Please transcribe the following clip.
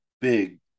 big